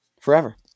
forever